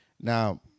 Now